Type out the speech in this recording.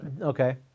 Okay